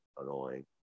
annoying